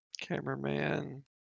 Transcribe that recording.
Cameraman